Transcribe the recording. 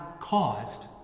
caused